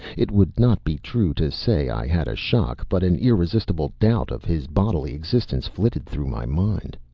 it would not be true to say i had a shock, but an irresistible doubt of his bodily existence flitted through my mind.